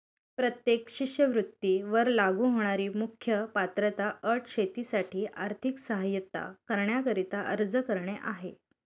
प्रत्येक शिष्यवृत्ती वर लागू होणारी मुख्य पात्रता अट शेतीसाठी आर्थिक सहाय्यता करण्याकरिता अर्ज करणे आहे